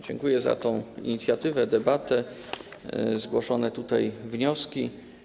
Dziękuję za tę inicjatywę, debatę, zgłoszone tutaj wnioski.